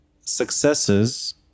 successes